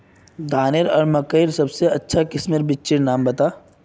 धानेर आर मकई सबसे अच्छा किस्मेर बिच्चिर नाम बता?